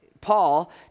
Paul